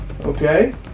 Okay